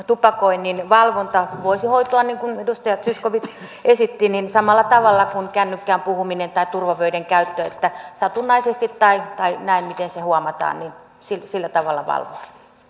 tupakoinnin valvonta voisi hoitua niin kuin edustaja zyskowicz esitti samalla tavalla kuin kännykkään puhumista tai turvavöiden käyttöä valvotaan sitä voitaisiin satunnaisesti tai tai näin miten se huomataan valvoa